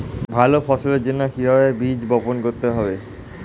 ভালো ফসলের জন্য কিভাবে বীজ বপন করতে হবে?